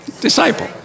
Disciple